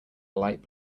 light